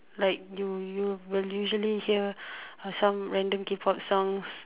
like you you will usually hear uh some random K pop songs